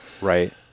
Right